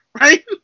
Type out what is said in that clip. right